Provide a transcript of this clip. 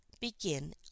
begin